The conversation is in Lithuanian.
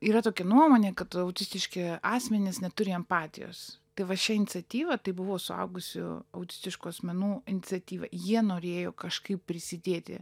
yra tokia nuomonė kad autistiški asmenys neturi empatijos tai va šia iniciatyva tai buvo suaugusių autistiškų asmenų iniciatyva jie norėjo kažkaip prisidėti